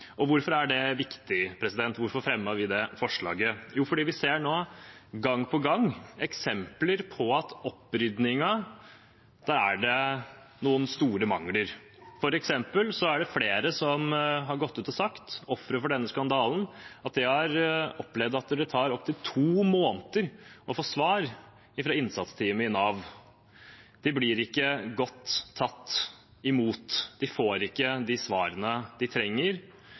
Hvorfor er det viktig, hvorfor fremmer vi det forslaget? Jo, fordi vi nå gang på gang ser eksempler på at det er noen store mangler i oppryddingen. For eksempel er det flere ofre for denne skandalen som har gått ut og sagt at de har opplevd at det tar opptil to måneder å få svar fra innsatsteamet i Nav. De blir ikke godt tatt imot, de får ikke de svarene de trenger.